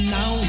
Now